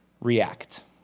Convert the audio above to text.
react